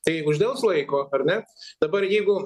tai uždels laiko ar ne dabar jeigu